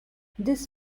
this